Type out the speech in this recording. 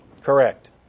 Correct